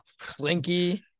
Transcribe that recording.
Slinky